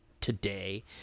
today